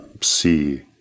see